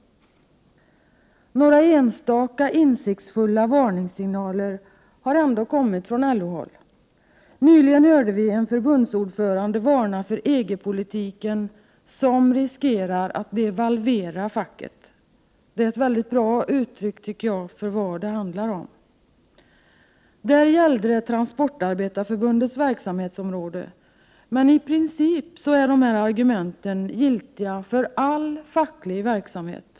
Några enstaka insiktsfulla varningssignaler har ändå kommit från LO-håll. Nyligen hörde vi en förbundsordförande varna för EG-politiken som riskerar att ”devalvera facket”. Det är ett bra uttryck, tycker jag, för vad det handlar om. Där gällde det Transportarbetareförbundets verksamhetsområde, men i princip är argumenten giltiga för all facklig verksamhet.